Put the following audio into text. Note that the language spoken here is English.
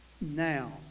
now